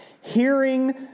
hearing